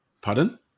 Pardon